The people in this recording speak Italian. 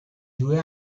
due